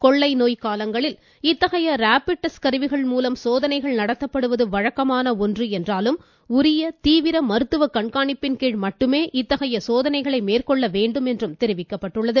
கொள்ளை நோய் காலங்களில் இத்தகைய ரேபிட் டெஸ்ட் கருவிகள் மூலம் சோதனைகள் நடத்தப்படுவத வழக்கமான ஒன்று என்றாலும் உரிய தீவிர மருத்துவ கண்காணிப்பின் கீழ் மட்டுமே இத்தகைய சோதனைகளை மேற்கொள்ள வேண்டும் எனவும் தெரிவிக்கப்பட்டுள்ளது